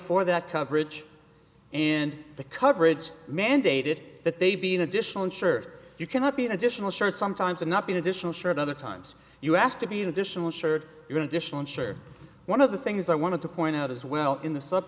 for that coverage and the coverage mandated that they be an additional insured you cannot be an additional shirt sometimes and not be an additional shirt other times you asked to be an additional shirt going to dishwasher one of the things i wanted to point out as well in the sub